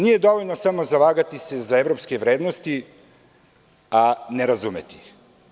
Nije dovoljno samo zalagati se za evropske vrednosti, a ne razumeti ih.